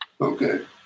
Okay